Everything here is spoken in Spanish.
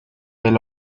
del